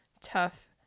tough